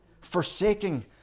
Forsaking